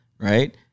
Right